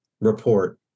report